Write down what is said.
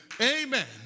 Amen